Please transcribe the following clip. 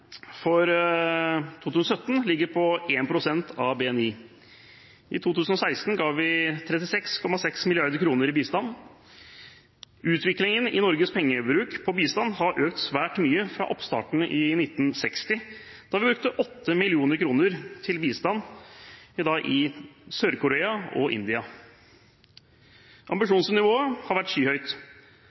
for 2017 ligger på 1 pst. av BNI. I 2016 ga vi 36,6 mrd. kr i bistand. Utviklingen i Norges pengebruk på bistand har økt svært mye fra oppstarten i 1960, da vi brukte 8 mill. kr på bistand i Sør-Korea og India. Ambisjonsnivået har vært skyhøyt: